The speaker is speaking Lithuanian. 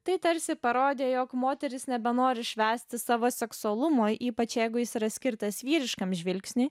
tai tarsi parodė jog moterys nebenori švęsti savo seksualumo ypač jeigu jis yra skirtas vyriškam žvilgsniui